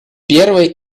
первая